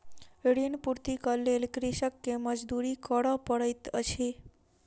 ऋण पूर्तीक लेल कृषक के मजदूरी करअ पड़ैत अछि